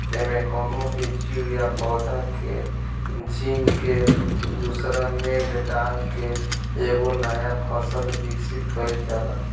एमे कवनो भी जीव या पौधा के जीन के दूसरा में डाल के एगो नया फसल विकसित कईल जाला